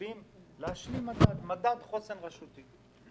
צפופים כדי להשלים את מדד החוסן הרשותי.